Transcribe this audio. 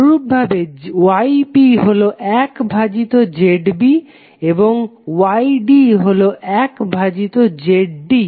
অনুরূপভাবে YB হলো এক ভাজিত ZB এবং YD হলো এক ভাজিত ZD